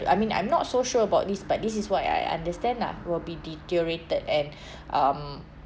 I mean I'm not so sure about this but this is what I understand ah will be deteriorated and um